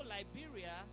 Liberia